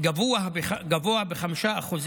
גבוה ב-5%